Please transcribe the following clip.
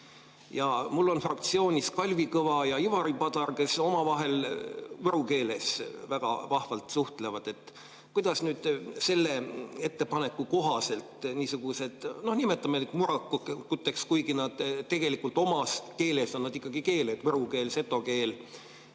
Ja mul on fraktsioonis Kalvi Kõva ja Ivari Padar, kes omavahel võru keeles väga vahvalt suhtlevad. Kuidas nüüd selle ettepaneku kohaselt niisugustesse, no nimetame neid murrakuteks, kuigi tegelikult omas keeles on nad ikkagi keeled – võru keel, seto keel